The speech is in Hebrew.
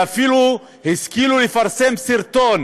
ואפילו השכילו לפרסם סרטון